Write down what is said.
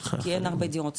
כי אין הרבה דירות ציבוריות.